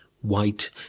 white